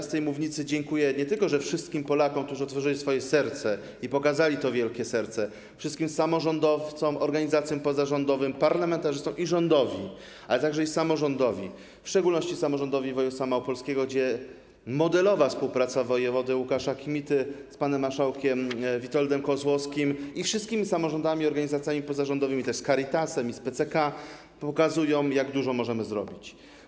Z tej mównicy dziękuję nie tylko wszystkim Polakom, którzy otworzyli swoje serce i pokazali to wielkie serce, wszystkim samorządowcom, organizacjom pozarządowym, parlamentarzystom i rządowi, ale także samorządowi, w szczególności samorządowi województwa małopolskiego, gdzie modelowa współpracy wojewody Łukasza Kmity z panem marszałkiem Witoldem Kozłowskim i wszystkimi samorządami, organizacjami pozarządowymi, z Caritasem i PCK, pokazuje, jak dużo możemy zrobić.